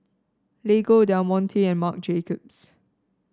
Lego Del Monte and Marc Jacobs